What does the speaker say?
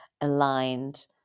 aligned